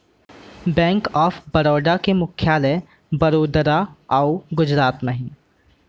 bank of Baroda के मुख्यालय बड़ोदरा अउ गुजरात म हे